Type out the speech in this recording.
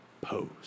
pose